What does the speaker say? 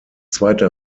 zweite